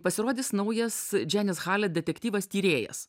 pasirodys naujas dženis halet detektyvas tyrėjas